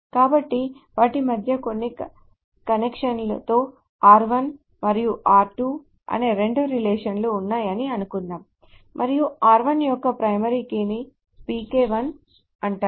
కాబట్టి వాటి మధ్య కొన్ని కనెక్షన్లతో r1 మరియు r2 అనే రెండు రిలేషన్ లు ఉన్నాయని అనుకుందాం మరియు r1 యొక్క ప్రైమరీ కీని pk1 అంటారు